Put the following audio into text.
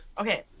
Okay